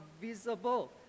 visible